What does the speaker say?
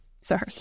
Sorry